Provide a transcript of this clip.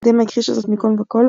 האקדמיה הכחישה זאת מכל וכל,